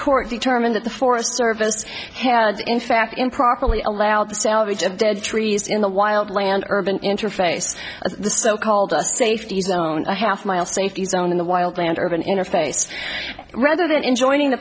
court determined that the forest service had in fact improperly allowed the salvage of dead trees in the wild land urban interface of the so called safety zone a half mile safety zone in the wild land urban interface rather than in joining the